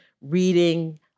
reading